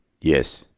Yes